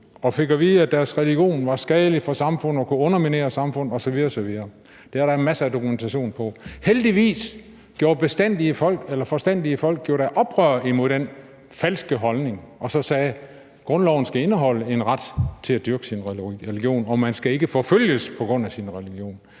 og fik at vide, at deres religion var skadelig for samfundet og kunne underminere samfundet osv. osv. Det er der en masse dokumentation på. Heldigvis gjorde forstandige folk oprør mod den falske holdning og sagde, at grundloven skulle indeholde en ret til at dyrke sin religion, og at man ikke skal forfølges på grund af sin religion.